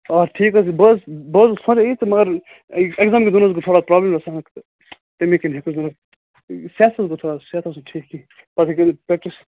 آ ٹھیٖک حظ چھُ بہٕ حظ بہٕ حظ سمجان یی تہٕ مگر ایٚکزام دِنس گوٚو تھوڑا پرابلِم رژھا اکھ تَمے کِنی ہیوٚکُس نہٕ بہٕ صحتس حظ گوٚو تھوڑا صحت اوس نہٕ ٹھیٖک کیٚنٛہہ پتہٕ گٔے نہٕ پرٛیٚکٹِس